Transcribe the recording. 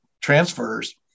transfers